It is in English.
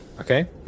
Okay